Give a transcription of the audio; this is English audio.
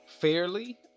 fairly